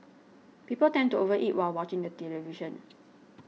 people tend to over eat while watching the television